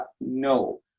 No